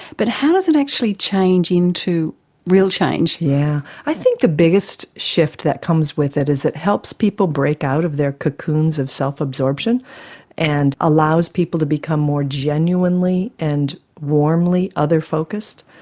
but how does it actually change into real change? yeah i think the biggest shift that comes with it is it helps people break out of their cocoons of self-absorption and allows people to become more genuinely and warmly other-focused,